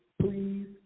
please